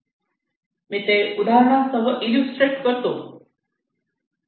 मी ते उदाहरणासह इल्लुस्त्रेट करतो